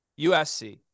USC